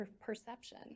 perception